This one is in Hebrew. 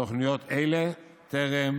תוכניות אלה טרם